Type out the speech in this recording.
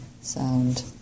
sound